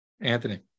Anthony